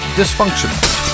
dysfunctional